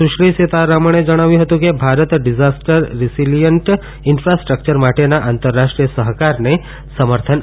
સુશ્રી સીતારમણે જણાવ્યું હતું કે ભારત ડીઝાસ્ટર રીસીલીયન્ટ ઇન્ફાસ્ટ્રકચર માટેના આંતરરાષ્ટ્રીય સહકારને સમર્થન આપે છે